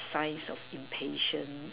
signs of impatience